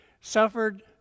suffered